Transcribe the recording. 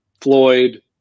Floyd